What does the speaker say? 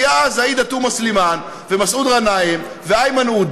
כי אז עאידה תומא סלימאן ומסעוד גנאים ואיימן עודה